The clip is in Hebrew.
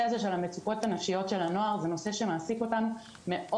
הזה של המצוקות הנפשיות של הנוער זה נושא שמעסיק אותנו מאוד.